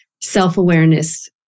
self-awareness